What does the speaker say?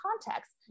context